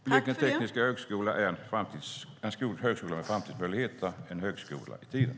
Blekinge Tekniska Högskola är en högskola med framtidsmöjligheter och en högskola i tiden.